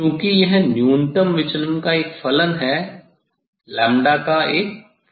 चूंकि यह न्यूनतम विचलन का एक फलन है लैम्ब्डा का एक फलन है